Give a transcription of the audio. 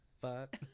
fuck